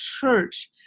church